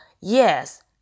yes